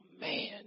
man